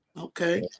Okay